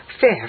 Fifth